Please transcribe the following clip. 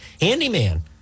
handyman